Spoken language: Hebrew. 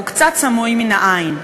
והוא קצת סמוי מן העין.